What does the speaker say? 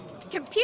Computer